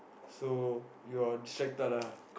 so you are distracted lah